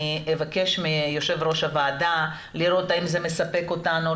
אני אבקש מיו"ר הוועדה לראות האם זה מספק אותנו,